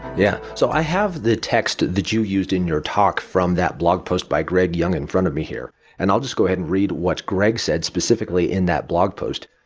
yeah. so i have the text that you used in your talk from that blog post by greg young in front of me here and i'll just go ahead and read what greg said specifically in that blog post,